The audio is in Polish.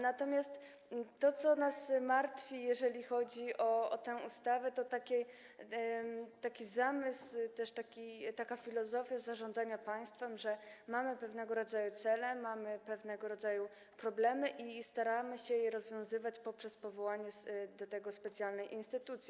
Natomiast to, co nas martwi, jeżeli chodzi o tę ustawę, to taki zamysł, taka filozofia zarządzania państwem, że mamy pewnego rodzaju cele, mamy pewnego rodzaju problemy i staramy się je rozwiązywać poprzez powołanie do tego specjalnej instytucji.